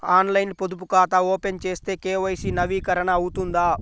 ఆన్లైన్లో పొదుపు ఖాతా ఓపెన్ చేస్తే కే.వై.సి నవీకరణ అవుతుందా?